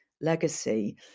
legacy